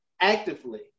actively